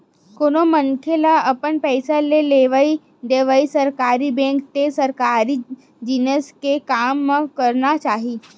कोनो मनखे ल अपन पइसा के लेवइ देवइ सरकारी बेंक ते सरकारी जिनिस के काम म करना चाही